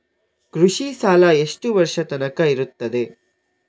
ಕೃಷಿ ಸಾಲ ಎಷ್ಟು ವರ್ಷ ತನಕ ಇರುತ್ತದೆ?